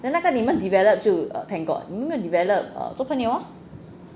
then 那个你们 develop 就 err thank god 没有 develop 就 err 做朋友 lor